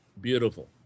beautiful